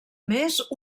més